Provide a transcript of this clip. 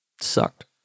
sucked